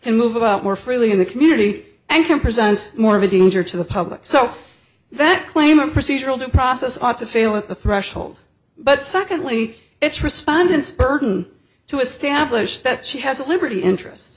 and move about more freely in the community and can present more of a danger to the public so that claim a procedural due process ought to fail at the threshold but secondly it's respondants burden to establish that she has a liberty interest